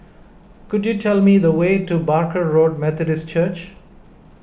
could you tell me the way to Barker Road Methodist Church